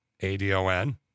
A-D-O-N